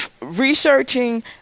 researching